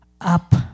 up